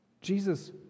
Jesus